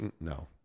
No